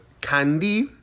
candy